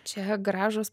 čia gražūs